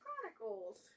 Chronicles